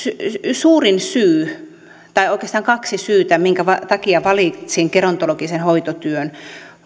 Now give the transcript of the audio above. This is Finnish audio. suurin syy tai oikeastaan kaksi syytä minkä takia valitsin gerontologisen hoitotyön